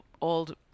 old